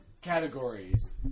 categories